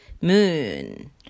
moon